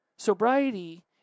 Sobriety